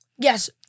Yes